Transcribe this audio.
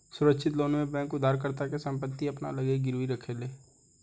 सुरक्षित लोन में बैंक उधारकर्ता के संपत्ति के अपना लगे गिरवी रखेले